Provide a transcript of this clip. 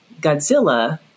Godzilla